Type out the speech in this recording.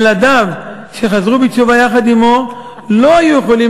ילדיו שחזרו בתשובה יחד עמו לא היו יכולים